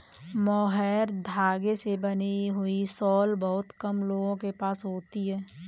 mohair धागे से बनी हुई शॉल बहुत कम लोगों के पास होती है